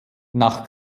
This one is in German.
nach